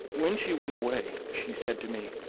when she went away she said to me